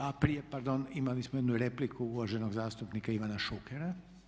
A prije, pardon, imali smo jednu repliku uvaženog zastupnika Ivana Šukera.